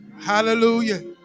Hallelujah